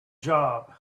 job